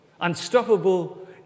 Unstoppable